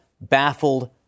baffled